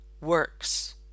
works